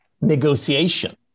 negotiation